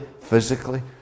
physically